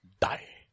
die